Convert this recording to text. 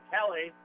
Kelly